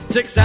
Six